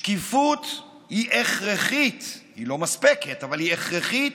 שקיפות היא הכרחית, היא לא מספקת, אבל היא הכרחית,